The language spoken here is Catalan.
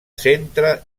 centre